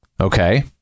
okay